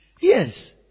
Yes